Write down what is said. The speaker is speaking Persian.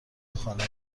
خانه